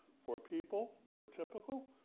for people who are typical,